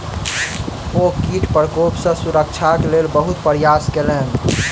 ओ कीट प्रकोप सॅ सुरक्षाक लेल बहुत प्रयास केलैन